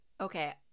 Okay